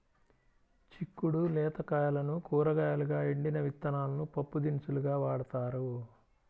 చిక్కుడు లేత కాయలను కూరగాయలుగా, ఎండిన విత్తనాలను పప్పుదినుసులుగా వాడతారు